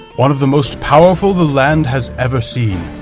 one of the most powerful the land has ever seen.